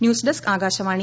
news desk Akashvani